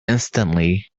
instantly